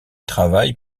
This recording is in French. travaille